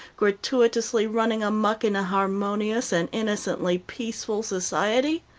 gratuitously running amuck in a harmonious and innocently peaceful society?